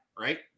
right